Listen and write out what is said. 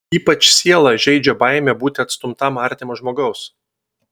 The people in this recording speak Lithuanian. ypač sielą žeidžia baimė būti atstumtam artimo žmogaus